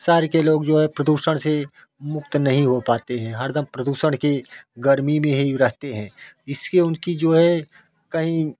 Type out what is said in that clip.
शहर के लोग जो है प्रदूषण से मुक्त नहीं हो पाते हैं हरदम प्रदूषण के गर्मी में ही रहते हैं इसके उनकी जो है कहीं